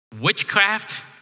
witchcraft